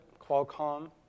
Qualcomm